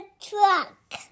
truck